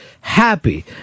happy